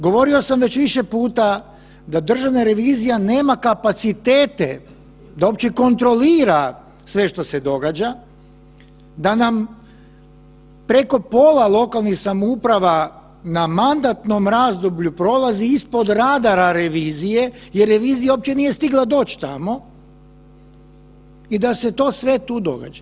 Govorio sam već više puta da Državna revizija nema kapacitete da uopće kontrolira sve što se događa, da nam preko pola lokalnih samouprava na mandatnom razdoblju prolazi ispod radara revizije jer revizija uopće nije stigla doć tamo i da se to sve tu događa.